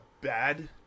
bad